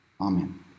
Amen